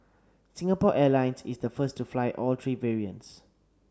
Singapore Airlines is the first to fly all three variants